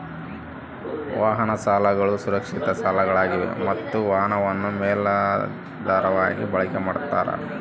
ವಾಹನ ಸಾಲಗಳು ಸುರಕ್ಷಿತ ಸಾಲಗಳಾಗಿವೆ ಮತ್ತ ವಾಹನವನ್ನು ಮೇಲಾಧಾರವಾಗಿ ಬಳಕೆ ಮಾಡ್ತಾರ